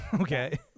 okay